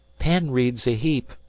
penn reads a heap.